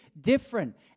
different